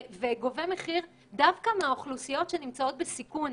דווקא מאוכלוסיות שנמצאות בסיכון,